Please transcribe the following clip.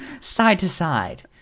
side-to-side